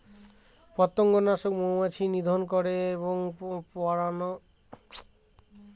পতঙ্গনাশক মৌমাছি নিধন করে এবং পরাগরেণু হ্রাসের কারন হতে পারে